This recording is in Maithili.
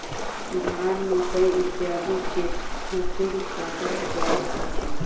धान, मकई इत्यादि के फसिल काटल जाइत अछि